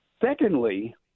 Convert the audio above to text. Secondly